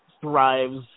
thrives